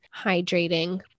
hydrating